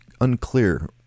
unclear